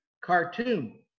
cartoon